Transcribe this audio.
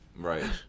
right